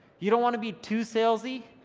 you don't want to be too salesy,